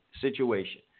situation